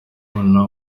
ubona